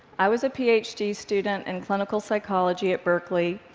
i was a ph d. student in clinical psychology at berkeley.